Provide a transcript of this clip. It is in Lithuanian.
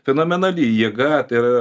fenomenali jėga tai yra